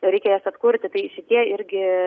tai reikia jas atkurti tai šitie irgi